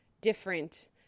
different